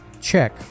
check